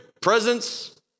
Presence